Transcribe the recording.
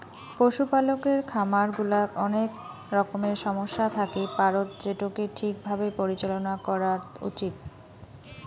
পশুপালকের খামার গুলাত অনেক রকমের সমস্যা থাকি পারত যেটোকে ঠিক ভাবে পরিচালনা করাত উচিত